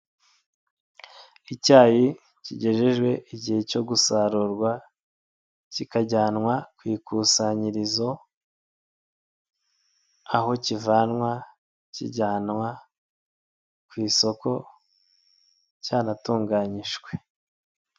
Icyayi kigejejwe igihe cyo gusarurwa kikajyanwa ku ikusanyirizo, aho kivanwa kijyanwa ku isoko cyanatunganyijwe.